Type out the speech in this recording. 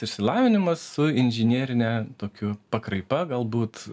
išsilavinimas su inžinierine tokiu pakraipa galbūt